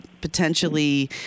potentially